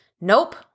Nope